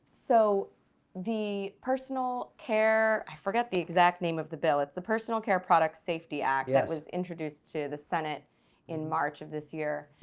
so the personal care, i forget the exact name of the bill, it's a personal care products safety act. yeah it was introduced to the senate in march of this year.